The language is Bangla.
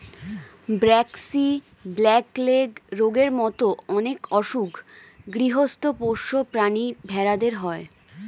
ব্র্যাক্সি, ব্ল্যাক লেগ রোগের মত অনেক অসুখ গৃহস্ত পোষ্য প্রাণী ভেড়াদের হয়